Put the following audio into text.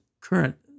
current